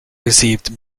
received